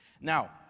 Now